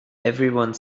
everyone